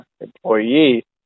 employee